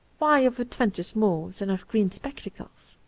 why of adventures more than of green sj ectacles?